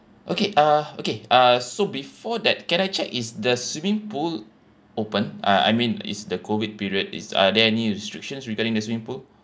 okay uh okay uh so before that can I check is the swimming pool open I I mean is the COVID period is are there any restrictions regarding the swimming pool